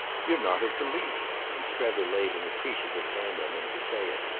you're not of the least! and strether laid an appreciative hand on him to say it.